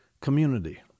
community